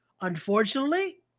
unfortunately